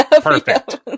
Perfect